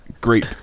great